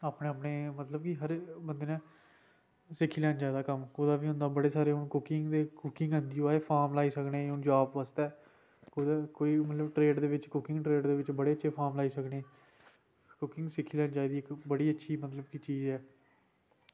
अपने अपने मतलब की सिक्खी लैंदे जेह्ड़ा कम्म ते बड़े सारे हून कुकिंग दे कुकिंग बिच फॉर्म लाई सकने अस जॉब बास्तै कोई ट्रेड बिच कुकिंग ट्रेड बिच बड़े अच्छे फॉर्म लाई सकने कुकिंग सिक्खनी चाहिदी मतलब कि बड़ी अच्छी चीज़ ऐ